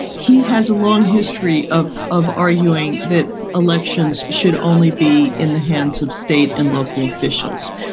he has a long history of of arguing that elections should only be in the hands of state and local officials.